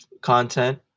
content